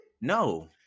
No